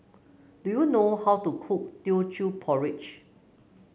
do you know how to cook Teochew Porridge